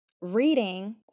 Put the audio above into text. reading